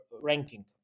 ranking